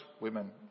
women